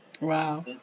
Wow